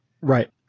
Right